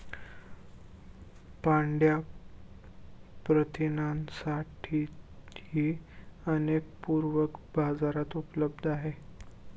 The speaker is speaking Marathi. पांढया प्रथिनांसाठीही अनेक पूरके बाजारात उपलब्ध आहेत